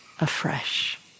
afresh